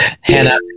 Hannah